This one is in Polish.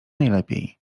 najlepiej